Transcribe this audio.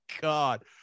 God